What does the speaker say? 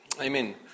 Amen